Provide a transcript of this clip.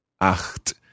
Acht